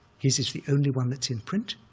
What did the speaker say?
his is the only one that's in print,